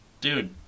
dude